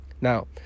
Now